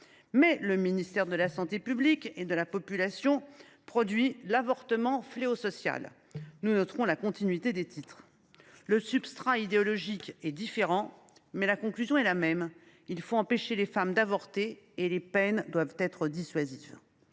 mais le ministère de la santé publique et de la population publie. Nous relèverons la continuité des titres. Le substrat idéologique est différent, mais la conclusion est la même : il faut empêcher les femmes d’avorter et les peines doivent être dissuasives.